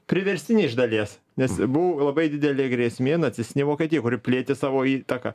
priverstinė iš dalies nes buvo labai didelė grėsmė nacistinė vokietija kuri plėtė savo įtaką